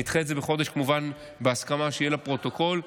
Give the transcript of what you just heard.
נדחה את זה בחודש, כמובן בהסכמה, שיהיה לפרוטוקול.